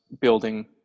building